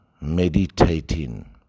meditating